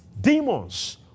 Demons